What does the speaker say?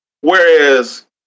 Whereas